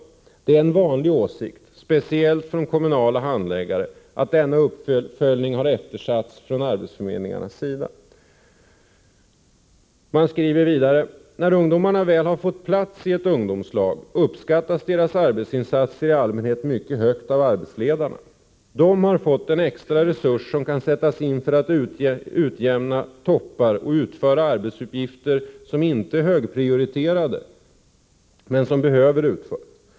Det är en vanlig åsikt, speciellt från kommunala handläggare, att denna uppföljning har eftersatts från arbetsförmedlingarnas sida.” Dessutom säger man: ”När ungdomarna väl har fått plats i ungdomslagen uppskattas deras arbetsinsatser i allmänhet mycket högt av arbetsledarna. De har fått en extra resurs som kan sättas in för att utjämna toppar och utföra arbetsuppgifter, som inte är högprioriterade, men som behöver utföras.